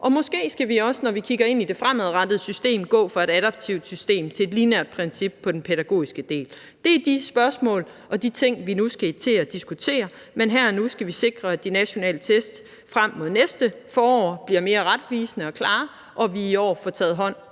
og måske skal vi også, når vi kigger ind i det fremadrettede system, gå fra et adaptivt system til et lineært princip på den pædagogiske del. Det er de spørgsmål og de ting, vi nu skal til at diskutere, men her og nu skal vi sikre, at de nationale test frem mod næste forår bliver mere retvisende og klare, og at vi i år får taget hånd